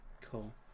Cool